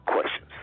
questions